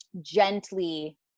gently